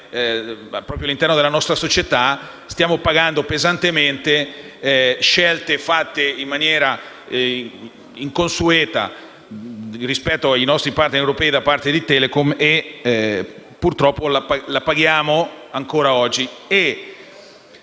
all'interno della nostra società, stiamo pagando pesantemente scelte fatte in maniera inconsueta rispetto ai nostri *partner* europei da parte di Telecom, che purtroppo scontiamo ancora oggi.